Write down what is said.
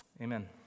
Amen